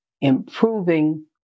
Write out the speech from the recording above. improving